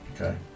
Okay